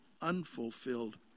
unfulfilled